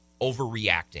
overreacting